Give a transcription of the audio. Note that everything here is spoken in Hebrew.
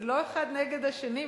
זה לא אחד נגד השני.